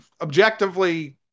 objectively